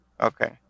Okay